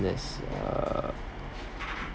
err